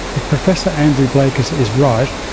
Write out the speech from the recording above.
if professor andrew blakers is right,